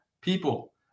People